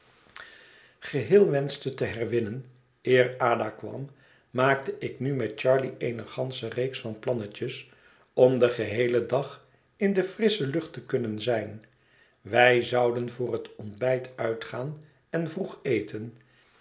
geheel wenschte te herwinnen eer ada kwam maakte ik nu met charley eene gansche reeks van plannetjes om den geheelen dag in de frissche lucht te kunnen zijn wij zouden voor het ontbijt uitgaan en vroeg eten